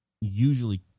usually